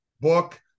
book